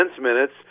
minutes